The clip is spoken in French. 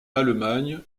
allemagne